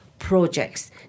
Projects